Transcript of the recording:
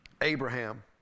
Abraham